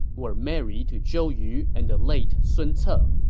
were married to zhou yu and the late sun but